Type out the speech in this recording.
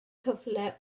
cyfle